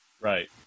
Right